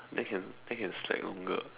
then can then can slack longer